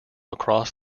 across